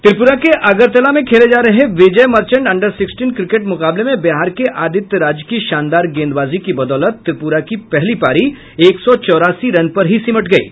त्रिपुरा के अगरतला में खेले जा रहे Vijay Merchant under sixteen cricket मुकाबले में बिहार के आदित्य राज की शानदार गेंदबाजी की बदौलत त्रिपुरा की पहली पारी एक सौ चौरासी रन पर ही सिमट गयी